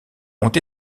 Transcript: ont